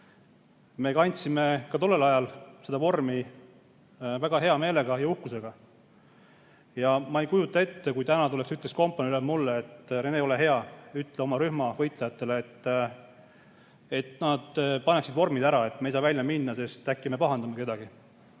Me kandsime ka tollel ajal vormi väga hea meelega ja uhkusega. Ma ei kujuta ette, kui täna kompaniiülem tuleks ja ütleks mulle, et Rene, ole hea, ütle oma rühma võitlejatele, et nad paneksid vormid ära. Me ei saa välja minna, sest äkki me pahandame kedagi.